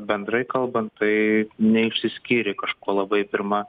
bendrai kalbant tai neišsiskyrė kažkuo labai pirma